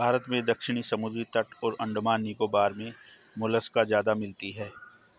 भारत में दक्षिणी समुद्री तट और अंडमान निकोबार मे मोलस्का ज्यादा मिलती है